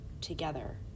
together